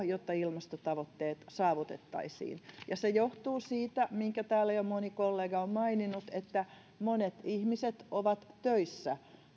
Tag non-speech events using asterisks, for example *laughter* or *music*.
*unintelligible* jotta ilmastotavoitteet saavutettaisiin ja se johtuu siitä minkä täällä jo moni kollega on maininnut että monet ihmiset ovat töissä